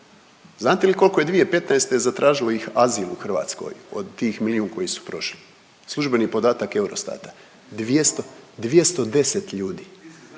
Znate li koliko je 2015. zatražilo ih azil u Hrvatskoj od tih milijun koji su prošli? Službeni podatak Eurostata. 200, 210 ljudi.